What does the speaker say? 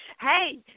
Hey